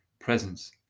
presence